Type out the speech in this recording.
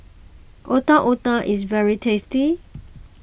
Otak Otak is very tasty